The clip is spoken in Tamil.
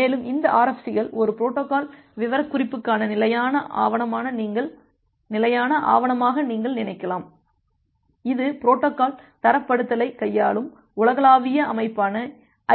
மேலும் இந்த RFC கள் ஒரு பொரோட்டோகால் விவரக்குறிப்புக்கான நிலையான ஆவணமாக நீங்கள் நினைக்கலாம் இது பொரோட்டோகால் தரப்படுத்தலைக் கையாளும் உலகளாவிய அமைப்பான